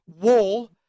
wall